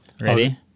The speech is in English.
Ready